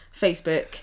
facebook